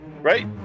Right